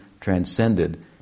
transcended